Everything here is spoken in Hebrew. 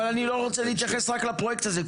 אני לא רוצה להתייחס רק לפרויקט הזה.